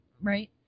right